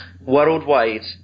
Worldwide